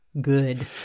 Good